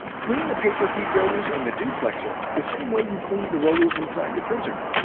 clean the paper feed rollers in the duplexer the same way you cleaned the rollers inside the printer.